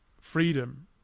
freedom